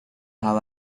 how